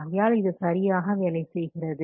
ஆகையால் இது சரியாக வேலை செய்கிறது